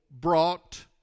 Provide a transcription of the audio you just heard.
brought